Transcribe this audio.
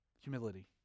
Humility